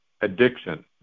addiction